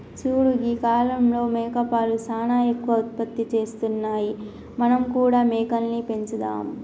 చూడు గీ కాలంలో మేకపాలు సానా ఎక్కువ ఉత్పత్తి చేస్తున్నాయి మనం కూడా మేకలని పెంచుదాం